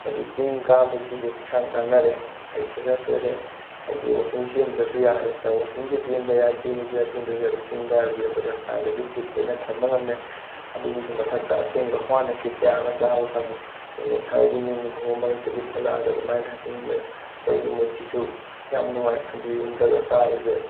ꯍꯥꯏꯗꯤ ꯆꯤꯡ ꯀꯥꯕꯁꯤꯁꯨ ꯍꯛꯆꯥꯡ ꯀꯥꯟꯅꯔꯦ ꯍꯥꯏ ꯑꯦꯛꯁꯔꯁꯥꯏꯁ ꯑꯣꯏꯔꯦ ꯍꯥꯏꯗꯤ ꯋꯥꯛꯀꯤꯡ ꯆꯦꯟꯗ꯭ꯔꯁꯨ ꯌꯥꯔꯦ ꯋꯥꯛꯀꯤꯡꯁꯨ ꯆꯦꯟꯕ ꯌꯥꯏ ꯆꯦꯜꯂꯁꯨ ꯌꯥꯏ ꯆꯦꯟꯗ꯭ꯔꯁꯨ ꯌꯥꯏ ꯑꯗꯨ ꯆꯤꯡ ꯀꯥꯕꯁꯤ ꯑꯩꯈꯣꯏꯗ ꯍꯛꯆꯥꯡꯗꯁꯨ ꯐꯤꯠ ꯑꯣꯏꯅ ꯊꯝꯕ ꯉꯝꯃꯦ ꯑꯗꯨꯒꯤꯁꯨ ꯃꯊꯛꯇ ꯑꯁꯦꯡꯕ ꯍꯋꯥ ꯅꯨꯡꯁꯤꯠ ꯀꯌꯥ ꯑꯃ ꯆꯥꯕ ꯐꯪꯏ ꯑꯩꯈꯣꯏꯅ ꯁꯍꯔꯒꯤ ꯅꯤꯜ ꯈꯣꯡꯕ ꯃꯔꯛꯇꯒꯤ ꯊꯣꯛꯂꯛꯑꯒ ꯑꯗꯨꯃꯥꯏꯅ ꯄꯨꯛꯅꯤꯡꯗ ꯑꯩꯈꯣꯏꯒꯤ ꯃꯨꯠꯁꯤꯁꯨ ꯌꯥꯝ ꯅꯨꯡꯉꯥꯏ ꯁꯟꯗꯦꯒꯨꯝꯕꯗꯒ ꯀꯥꯕꯁꯦ